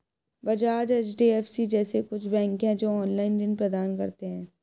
Bajaj, HDFC जैसे कुछ bank है, जो ऑनलाईन ऋण प्रदान करते हैं